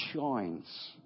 shines